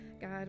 God